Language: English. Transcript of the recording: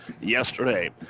yesterday